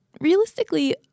realistically